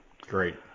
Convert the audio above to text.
Great